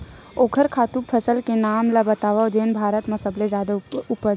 ओखर खातु फसल के नाम ला बतावव जेन भारत मा सबले जादा उपज?